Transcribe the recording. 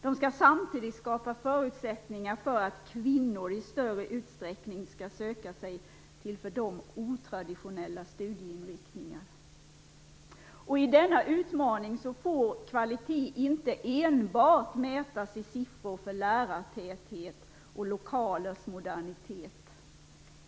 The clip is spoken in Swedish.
De skall samtidigt skapa förutsättningar för att kvinnor i större utsträckning skall söka sig till för dem otraditionella studieinriktningar. I denna utmaning får kvalitet inte enbart mätas i siffror för lärartäthet och lokalers modernitet.